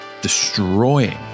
destroying